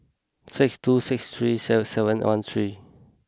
six two six three six seven one three